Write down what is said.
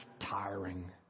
tiring